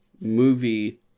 movie